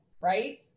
right